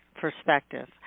perspective